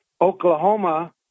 Oklahoma